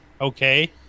okay